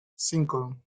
cinco